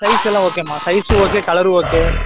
size எல்லாம் ஓகேம்மா size okay colour okay